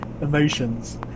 emotions